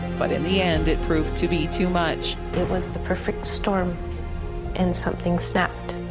but in the end it proved to be too much. it was the perfect storm and something snapped.